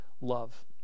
love